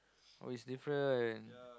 oh it's different